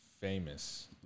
famous